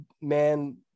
man